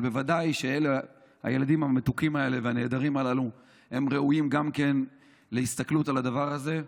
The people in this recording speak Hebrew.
אבל הילדים המתוקים והנהדרים הללו ראויים להסתכלות על הדבר הזה.